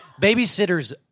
Babysitters